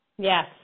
Yes